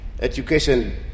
education